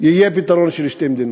יהיה פתרון של שתי מדינות?